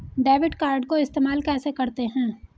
Debit card को इस्तेमाल कैसे करते हैं?